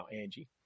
Angie